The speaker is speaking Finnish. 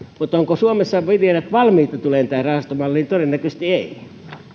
mutta ovatko suomessa viljelijät valmiita tulemaan tähän rahastomalliin todennäköisesti